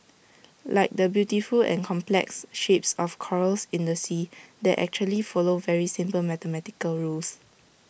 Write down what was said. like the beautiful and complex shapes of corals in the sea that actually follow very simple mathematical rules